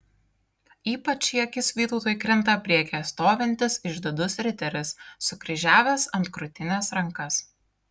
ypač į akis vytautui krinta priekyje stovintis išdidus riteris sukryžiavęs ant krūtinės rankas